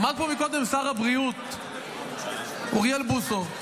עמד פה קודם שר הבריאות אוריאל בוסו,